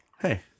hey